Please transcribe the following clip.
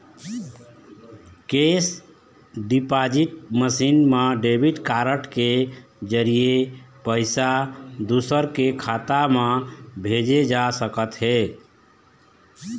cash deposit machine म debit card के जरिए पइसा दूसर के खाता म भेजे जा सकत हे